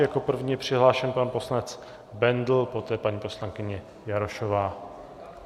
Jako první je přihlášen pan poslanec Bendl, poté paní poslankyně Jarošová.